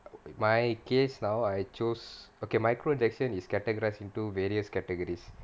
my case now I chose okay micro addiction is categorised into various categories